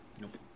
Nope